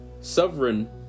sovereign